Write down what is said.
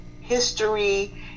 history